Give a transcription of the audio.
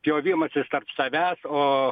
pjovimasis tarp savęs o